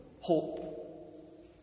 hope